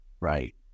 Right